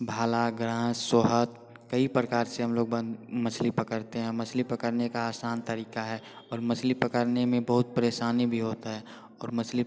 भाला ग्राँस सोहत कई प्रकार से हम लोग बन मछली पकड़ते हैं मछली पकड़ने का आसान तरीका है और मछली पकड़ने में बहुत परेशानी भी होता है और मछली